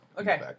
Okay